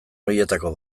horietako